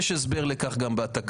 יש הסבר לכך גם בתקנון,